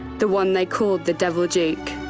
the one they called the devil duke.